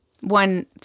One